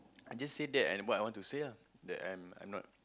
I just say that and what I want to say lah that I'm I'm not